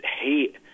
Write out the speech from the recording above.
hate